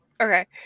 Okay